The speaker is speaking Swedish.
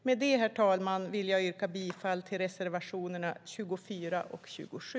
Med detta, herr talman, vill jag yrka bifall till reservationerna 24 och 27.